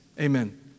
Amen